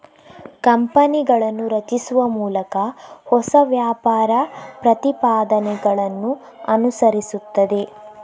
ಕಂಪನಿಗಳನ್ನು ರಚಿಸುವ ಮೂಲಕ ಹೊಸ ವ್ಯಾಪಾರ ಪ್ರತಿಪಾದನೆಗಳನ್ನು ಅನುಸರಿಸುತ್ತದೆ